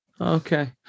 Okay